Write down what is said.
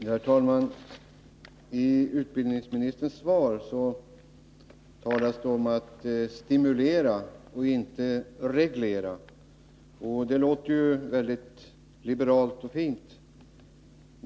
Herr talman! I utbildningsministerns svar talas det om att stimulera och inte att reglera. Det låter ju liberalt och fint.